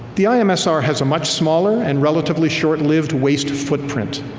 the i-msr has a much smaller and relatively short-lived wasted footprint.